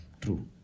True